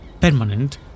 permanent